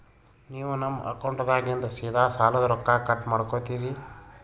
ನೀವು ನಮ್ಮ ಅಕೌಂಟದಾಗಿಂದ ಸೀದಾ ಸಾಲದ ರೊಕ್ಕ ಕಟ್ ಮಾಡ್ಕೋತೀರಿ?